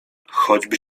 choćby